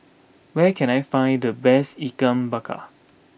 where can I find the best Ikan Bakar